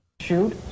Shoot